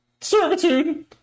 servitude